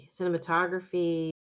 cinematography